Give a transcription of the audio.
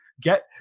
get